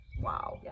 wow